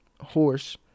horse